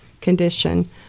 condition